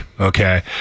okay